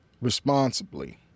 responsibly